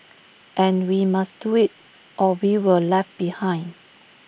and we must do IT or we will left behind